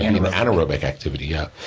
and and anaerobic activity, yeah.